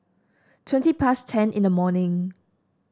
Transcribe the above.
twenty past ten in the morning